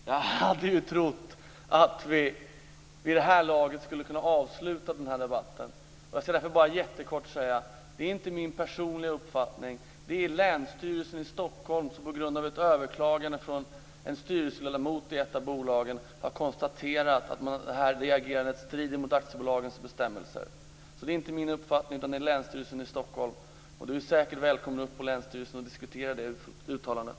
Fru talman! Jag trodde att vi vid det här laget skulle kunna avsluta den här debatten. Därför skall jag vara kortfattad. Detta är inte min personliga uppfattning. Länsstyrelsen i Stockholm har på grund av ett överklagande från en styrelseledamot i ett av bolagen konstaterat att det här agerandet strider mot aktiebolagslagens bestämmelser. Det här är alltså inte min uppfattning. Det är uppfattningen hos Länsstyrelsen i Stockholm. Du är säkert välkommen upp till länsstyrelsen för att diskutera det uttalandet.